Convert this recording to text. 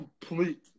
complete